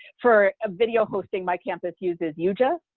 for ah video hosting, my campus uses yuja,